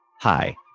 Hi